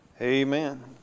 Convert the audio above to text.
Amen